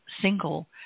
single